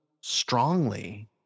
strongly